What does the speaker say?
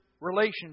relationship